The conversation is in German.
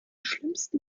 schlimmsten